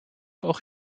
auch